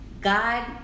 God